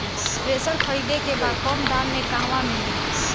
Thresher खरीदे के बा कम दाम में कहवा मिली?